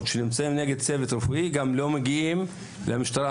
נגד צוות רפואי גם לא מגיעים למשטרה.